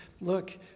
look